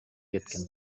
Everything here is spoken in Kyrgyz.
кеткен